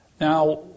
Now